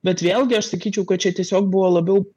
bet vėlgi aš sakyčiau kad čia tiesiog buvo labiau